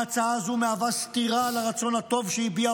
ההצעה הזו מהווה סתירה לרצון הטוב שהביעה